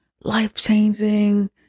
life-changing